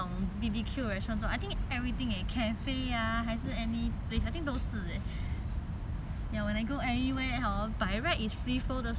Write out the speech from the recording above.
cafe ah 还是 anything 都是 eh ya when I go anywhere by right it's free flow 的水 and everything 改成 it's not free flow already